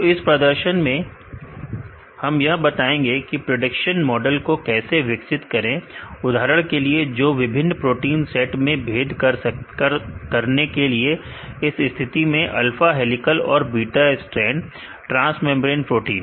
तो इस प्रदर्शन में हम यह बताएंगे कि प्रिडिक्शन मॉडल को कैसे विकसित करें उदाहरण के लिए जो विभिन्न प्रोटीन सेट मैं भेद करने के लिए इस स्थिति में अल्फा हेलीकल और beta strand transmembrane protein